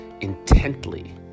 intently